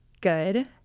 good